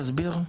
תסביר.